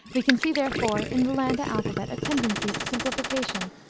we can see, therefore, in the landa alphabet a tendency to simplification.